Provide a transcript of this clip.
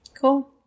Cool